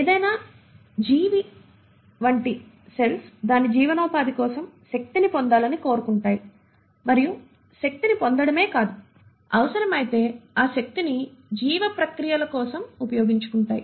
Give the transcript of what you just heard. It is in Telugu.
ఏదైనా జీవి వంటి సెల్స్ దాని జీవనోపాధి కోసం శక్తిని పొందాలని కోరుకుంటాయి మరియు శక్తిని పొందడమే కాదు అవసరమైతే ఆ శక్తిని జీవ ప్రక్రియల కోసం ఉపయోగించుకుంటాయి